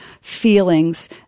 feelings